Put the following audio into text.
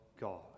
God